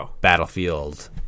Battlefield